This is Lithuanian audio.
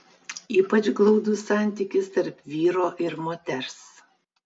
ypač glaudus santykis tarp vyro ir moters